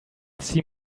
see